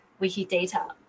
Wikidata